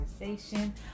Conversation